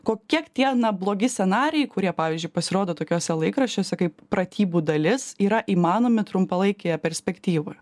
ko kiek tie blogi scenarijai kurie pavyzdžiui pasirodo tokiuose laikraščiuose kaip pratybų dalis yra įmanomi trumpalaikėje perspektyvoje